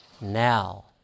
now